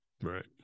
Right